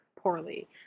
poorly